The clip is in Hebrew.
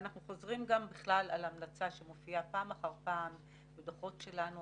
ואנחנו חוזרים גם בכלל על ההמלצה שמופיעה פעם אחר פעם בדוחות שלנו